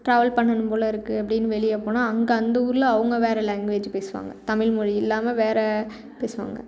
travel பண்ணணும் போல் இருக்கு அப்படின்னு வெளிய போனால் அஞ்சு அந்த ஊரில் அவங்க வேறு லேங்குவேஜ் பேசுவாங்க தமிழ் மொழி இல்லாமல் வேறு பேசுவாங்க